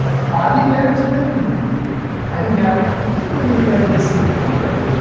are we there today? no. i think we are really very distant from there.